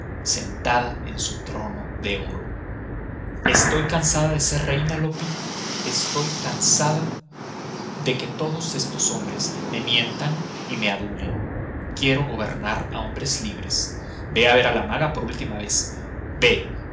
sentada en su trono de oro estoy cansada de ser reina loppi estoy cansada de que todos estos hombres me mientan y me adulen quiero gobernar a hombres libres ve a ver a la maga por última vez ve